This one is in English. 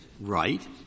right